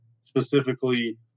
specifically